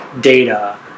data